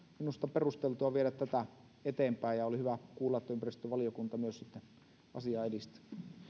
minusta perusteltua viedä tätä eteenpäin ja oli hyvä kuulla että myös ympäristövaliokunta asiaa edistää